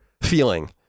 feeling